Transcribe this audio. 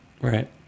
right